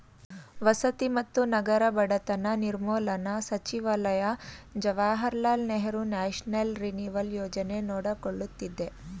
ವಸತಿ ಮತ್ತು ನಗರ ಬಡತನ ನಿರ್ಮೂಲನಾ ಸಚಿವಾಲಯ ಜವಾಹರ್ಲಾಲ್ ನೆಹರು ನ್ಯಾಷನಲ್ ರಿನಿವಲ್ ಯೋಜನೆ ನೋಡಕೊಳ್ಳುತ್ತಿದೆ